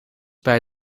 bij